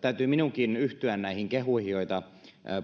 täytyy minunkin yhtyä näihin kehuihin joita